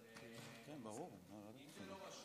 שאלה, זה מקובל אם זה לא רשום?